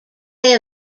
day